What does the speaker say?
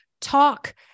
talk